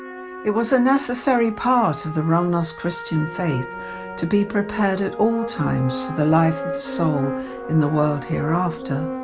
it was a necessary part of the romanovs' christian faith to be prepared at all times for the life of the soul in the world hereafter.